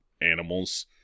animals